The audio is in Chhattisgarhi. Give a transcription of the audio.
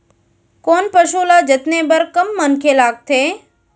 कोन पसु ल जतने बर कम मनखे लागथे?